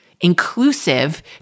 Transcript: inclusive